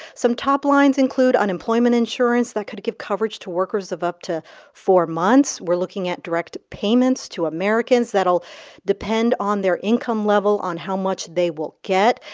some top lines include unemployment insurance that could give coverage to workers of up to four months. we're looking at direct payments to americans that'll depend on their income level on how much they will get.